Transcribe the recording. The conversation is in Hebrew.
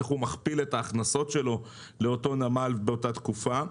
איך הוא מכפיל את ההכנסות שלו לאותו נמל באותה תקופה.